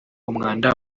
umwanda